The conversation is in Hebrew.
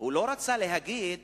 הוא לא רצה להגיד שישראל,